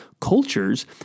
cultures